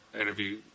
interview